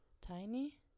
Tiny